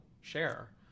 share